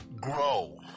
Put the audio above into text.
grow